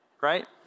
right